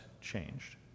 changed